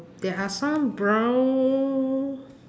there are some brown